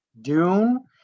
Dune